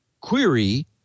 query